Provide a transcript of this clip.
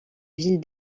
ville